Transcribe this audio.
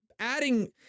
adding